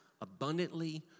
abundantly